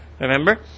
Remember